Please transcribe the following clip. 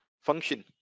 function